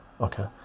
okay